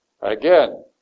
Again